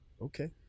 okay